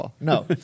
No